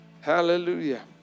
hallelujah